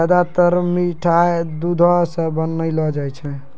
ज्यादातर मिठाय दुधो सॅ बनौलो जाय छै